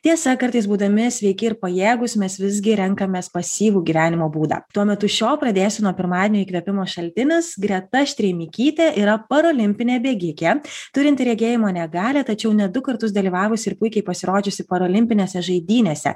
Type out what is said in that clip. tiesa kartais būdami sveiki ir pajėgūs mes visgi renkamės pasyvų gyvenimo būdą tuo metu šio pradėsiu nuo pirmadienio įkvėpimo šaltinis greta štreimikytė yra parolimpinė bėgikė turinti regėjimo negalią tačiau net du kartus dalyvavusi ir puikiai pasirodžiusi parolimpinėse žaidynėse